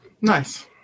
Nice